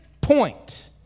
point